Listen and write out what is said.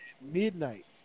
Midnight